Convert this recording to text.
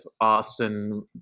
Austin